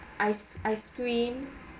ice ice cream